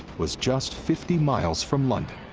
was just fifty miles from london.